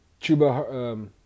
Chuba